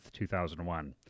2001